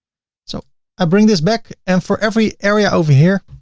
so i bring this back and for every area over here,